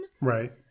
Right